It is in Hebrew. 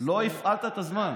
לא הפעלת את הזמן.